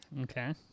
Okay